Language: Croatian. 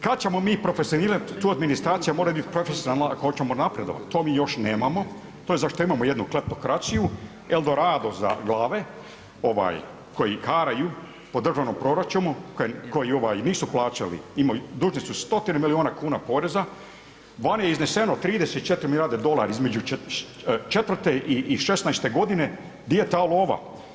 Kad ćemo mi profesionirati, tu administracija mora biti profesionalna ako hoćemo napredovati, to mi još nemamo, to je zašto imamo kleptokraciju, el dorado za glave, koji karaju po državnom proračunu, koji nisu plaćali, dužni su stotine milijuna kuna poreza, vani je izneseno 30, 4 milijarde dolara između '4. i '16. godine, gdje je ta lova?